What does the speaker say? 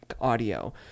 audio